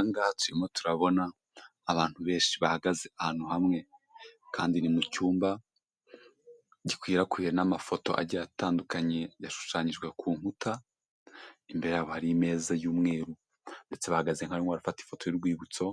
Aha ngaha turimo turabona abantu benshi bahagaze ahantu hamwe, kandi ni mu cyumba gikwirakwiwe n'amafoto agiye atandukanye yashushanyijwe ku nkuta, imbere yabo hari meza y'umweru. Ndetse bahagaze nk'abarimo barafata ifoto y'urwibutso,